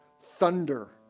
thunder